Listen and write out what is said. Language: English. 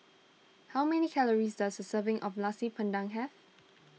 how many calories does a serving of Nasi Padang have